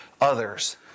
others